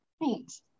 Thanks